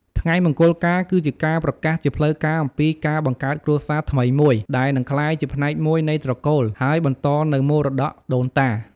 ថ្ងៃមង្គលការគឺជាការប្រកាសជាផ្លូវការអំពីការបង្កើតគ្រួសារថ្មីមួយ ដែលនឹងក្លាយជាផ្នែកមួយនៃត្រកូល ហើយបន្តនូវមរតកដូនតា។